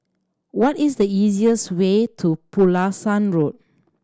what is the easiest way to Pulasan Road